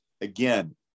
again